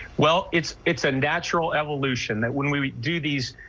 well it's it's a natural evolution that when we do these.